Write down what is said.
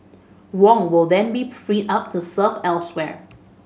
Wong will then be freed up to serve elsewhere